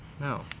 No